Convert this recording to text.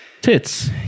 tits